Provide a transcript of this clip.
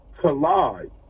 collide